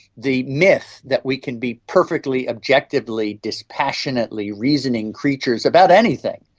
the myth that we can be perfectly objectively, dispassionately reasoning creatures about anything,